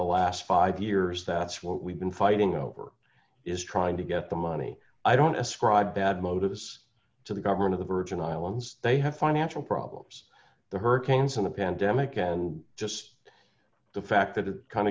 the last five years that's what we've been fighting over is trying to get the money i don't ascribe bad motives to the government of the virgin islands they have financial problems the hurricanes in the pandemic and just the fact that it kind